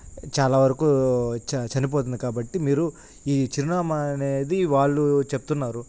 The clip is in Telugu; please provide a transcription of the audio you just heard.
చాలా వరకు చ చనిపోతుంది కాబట్టి మీరు ఈ చిరునామా అనేది వాళ్ళు చెప్తున్నారు